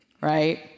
right